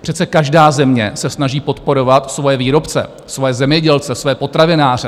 Přece každá země se snaží podporovat svoje výrobce, své zemědělce, své potravináře.